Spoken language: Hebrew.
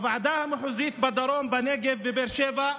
בוועדה המחוזית בדרום, בנגב, בבאר שבע,